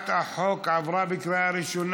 חוק שירותי תעופה (פיצוי וסיוע בשל